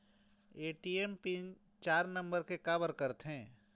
ATM pin चार number के काबर करथे?